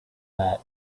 that